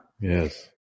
Yes